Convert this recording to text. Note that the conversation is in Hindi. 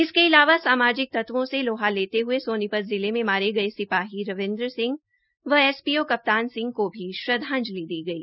इसके अलावा सामाजिक तत्वों से लोहा लेते ज्ये सोनीपत जिले के में मारे गये सिपाही रविन्द्र सिंह व S P O Kaptan Singh को भी श्रद्वांजलि दी गई